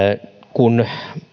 kun